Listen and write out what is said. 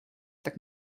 tak